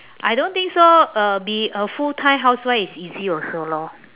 I don't think so uh be a full time housewife is easy also lor